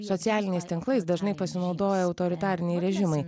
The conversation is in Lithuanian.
socialiniais tinklais dažnai pasinaudoja autoritariniai režimai